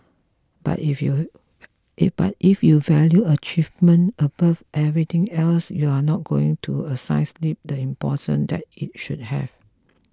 but if you but if you value achievement above everything else you're not going to assign sleep the importance that it should have